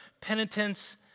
penitence